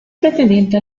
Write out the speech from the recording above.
pretendiente